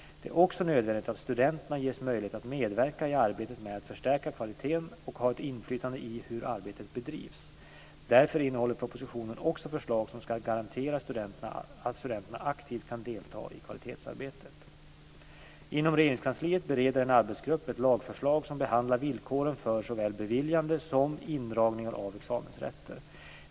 Det är också nödvändigt att studenterna ges möjlighet att medverka i arbetet med att förstärka kvaliteten och ha ett inflytande i hur arbetet bedrivs. Därför innehåller propositionen också förslag som ska garantera att studenterna aktivt kan delta i kvalitetsarbetet. Inom Regeringskansliet bereder en arbetsgrupp ett lagförslag som behandlar villkoren för såväl beviljande som indragningar av examensrätter.